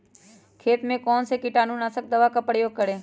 खेत में कौन से कीटाणु नाशक खाद का प्रयोग करें?